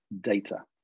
data